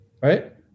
right